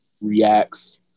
reacts